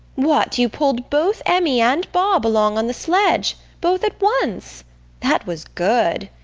what, you pulled both emmy and bob along on the sledge both at once that was good.